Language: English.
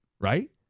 right